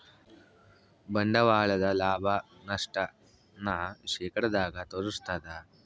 ಬಂಡವಾಳದ ಲಾಭ, ನಷ್ಟ ನ ಶೇಕಡದಾಗ ತೋರಿಸ್ತಾದ